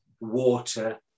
water